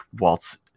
Waltz